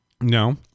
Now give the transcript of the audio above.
No